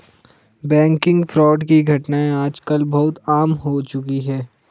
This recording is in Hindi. बैंकिग फ्रॉड की घटनाएं आज कल बहुत आम हो चुकी है